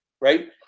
Right